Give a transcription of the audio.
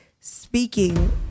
speaking